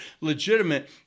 legitimate